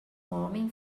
homem